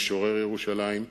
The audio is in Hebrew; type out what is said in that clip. משורר ירושלים.